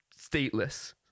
stateless